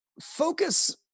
focus